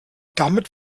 damit